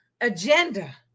agenda